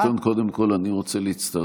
חבר הכנסת ביטון, קודם כול אני רוצה להצטרף